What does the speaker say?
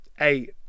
Eight